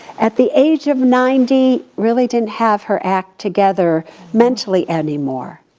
at the age of ninety, really didn't have her act together mentally anymore.